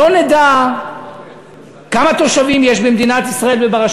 לא נדע כמה תושבים יש במדינת ישראל וברשות